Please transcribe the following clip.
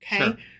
okay